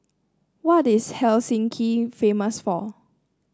what is Helsinki famous for